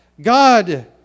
God